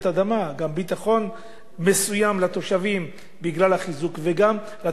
גם ביטחון מסוים לתושבים וגם לתת רווחה.